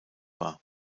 war